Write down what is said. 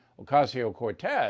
Ocasio-Cortez